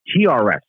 trs